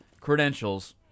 Credentials